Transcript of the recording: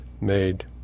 made